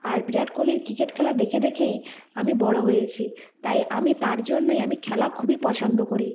আর বিরাট কোহলির ক্রিকেট খেলা দেখে দেখেই আমি বড় হয়েছি তাই আমি তার জন্যই আমি খেলা খুবই পছন্দ করি